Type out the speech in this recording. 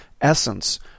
essence